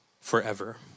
forever